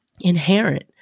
inherent